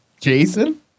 Jason